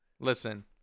Listen